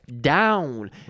down